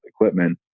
equipment